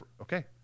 Okay